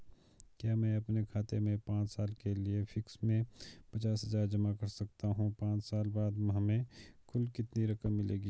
क्या मैं अपने खाते में पांच साल के लिए फिक्स में पचास हज़ार जमा कर सकता हूँ पांच साल बाद हमें कुल कितनी रकम मिलेगी?